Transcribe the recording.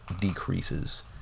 decreases